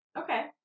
Okay